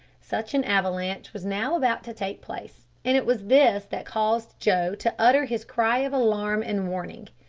such an avalanche was now about to take place, and it was this that caused joe to utter his cry of alarm and warning.